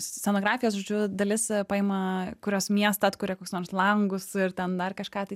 scenografijos žodžiu dalis paima kurios miestą atkuria koks nors langus ir ten dar kažką tai